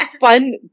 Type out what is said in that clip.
fun